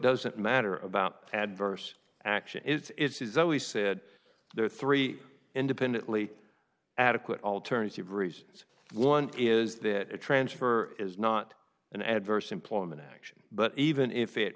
doesn't matter about adverse action it's is always said there are three independently adequate alternative reasons one is that a transfer is not an adverse employment action but even if it